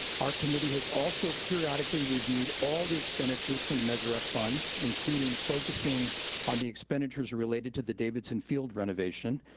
our committee has also periodically reviewed all the expenditures from the measure f funds, including focusing on the expenditures related to the davidson field renovation,